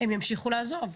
הם ימשיכו לעזוב.